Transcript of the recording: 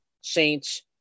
Saints